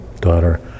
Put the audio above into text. daughter